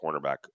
cornerback